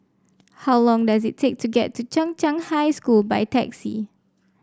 how long does it take to get to Chung Cheng High School by taxi